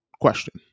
question